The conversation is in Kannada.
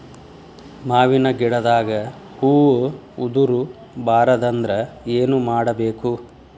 ಮಾವಿನ ಗಿಡದಾಗ ಹೂವು ಉದುರು ಬಾರದಂದ್ರ ಏನು ಮಾಡಬೇಕು?